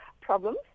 problems